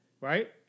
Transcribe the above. Right